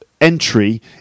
Entry